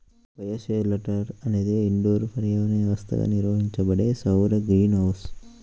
bioshelter అనేది indoor పర్యావరణ వ్యవస్థగా నిర్వహించబడే సౌర గ్రీన్ హౌస్